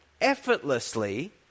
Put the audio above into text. effortlessly